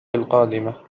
القادمة